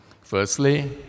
Firstly